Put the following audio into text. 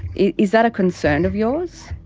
is that a concern of yours?